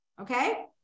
okay